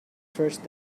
first